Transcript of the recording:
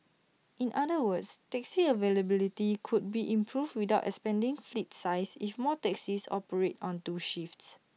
in other words taxi availability could be improved without expanding fleet size if more taxis operate on two shifts